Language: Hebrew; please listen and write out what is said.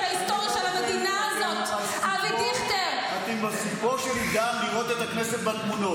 את השנאה -- אתם מימנתם את חמאס.